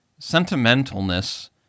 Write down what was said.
Sentimentalness